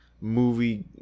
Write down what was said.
movie